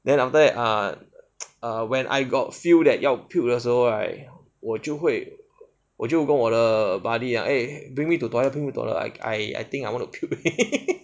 then after that ah ah when I got feel that 要 puke 的时候 right 我就会我就会跟我的 buddy eh bring me to toilet bring me to toilet I I I think I want to puke